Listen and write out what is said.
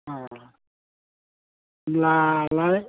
अ होनब्लालाय